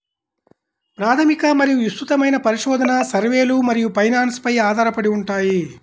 ప్రాథమిక మరియు విస్తృతమైన పరిశోధన, సర్వేలు మరియు ఫైనాన్స్ పై ఆధారపడి ఉంటాయి